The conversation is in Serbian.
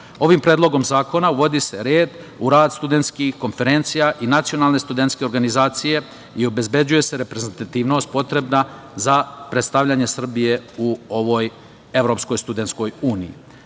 predlogom zakona uvodi se red u rad studentskih konferencija i nacionalne studentske organizacije i obezbeđuje se reprezentativnost potrebna za predstavljanje Srbije u ovoj Evropskoj studentskoj uniji. Treba